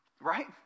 Right